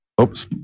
Oops